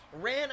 ran